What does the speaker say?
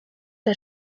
der